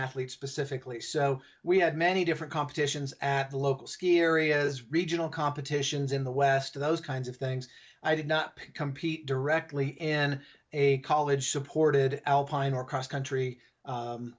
athlete specifically so we had many different competitions at the local ski areas regional competitions in the west those kinds of things i did not compete directly in a college supported alpine or cross country